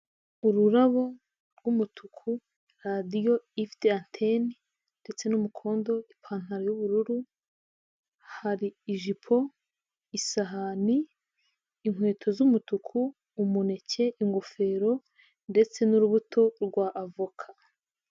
Ururabo rw'umutuku, radiyo ifite antene ndetse n'umukondo, ipantaro y'ubururu, hari ijipo, isahani, inkweto z'umutuku, umuneke, ingofero ndetse n'urubuto rwa avoka.